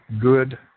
good